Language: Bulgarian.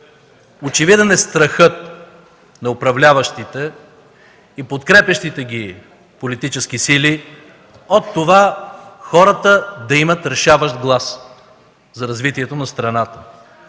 Очевиден е страхът на управляващите и подкрепящите ги политически сили от това хората да имат решаващ глас за развитието на страната.